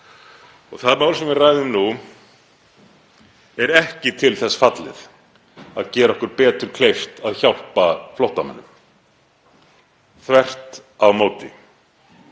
Það mál sem við ræðum nú er ekki til þess fallið að gera okkur betur kleift að hjálpa flóttamönnum, þvert á móti.